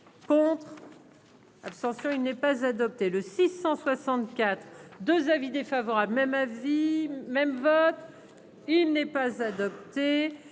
contre, abstention, il n'est pas adopté le 664. 2 avis défavorables, même avis même vote il n'est pas adopté,